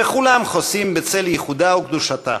וכולם חוסים בצל ייחודה וקדושתה.